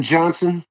Johnson